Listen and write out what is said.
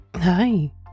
Hi